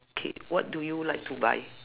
K what do you like to buy